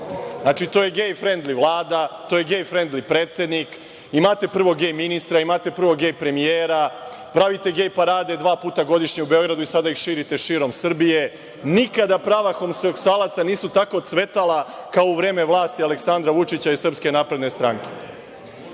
Znači, to je gej frendli vlada, to je gej frendli predsednik, imate prvog gej ministra, imate gej premijera, pravite gej parade dva puta godišnje u Beogradu i sada ih širite širom Srbije. Nikada prava homoseksualaca nisu tako cvetala kao u vreme vlasti Aleksandra Vučića i SNS. Naravno, da vi